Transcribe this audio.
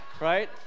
right